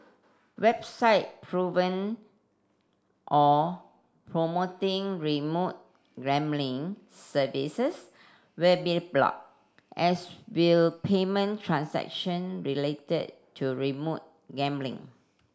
website or promoting remote gambling services will be blocked as will payment transaction related to remote gambling